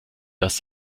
dass